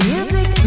Music